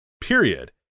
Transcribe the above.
period